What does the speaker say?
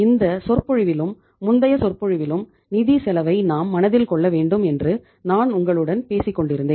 இந்த சொற்பொழிவிலும் முந்தைய சொற்பொழிவுகளிலும் நிதி செலவை நாம் மனதில் கொள்ள வேண்டும் என்று நான் உங்களுடன் பேசிக்கொண்டிருந்தேன்